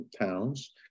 towns